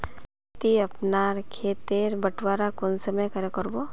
ती अपना खेत तेर बटवारा कुंसम करे करबो?